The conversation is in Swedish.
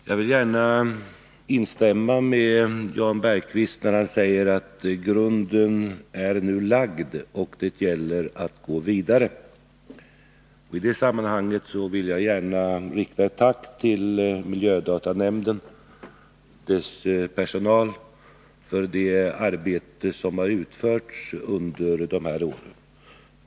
Herr talman! Jag vill instämma med Jan Bergqvist när han säger att grunden nu är lagd och att det gäller att gå vidare. I det sammanhanget vill jag också gärna rikta ett tack till miljödatanämnden och dess personal för det arbete som har utförts under de här åren.